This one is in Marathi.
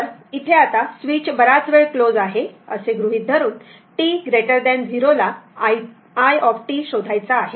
तर स्विच बराच वेळ क्लोज आहे असे गृहीत धरुन t 0 ला i शोधायचा आहे